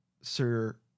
Sir